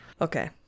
okay